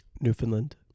Newfoundland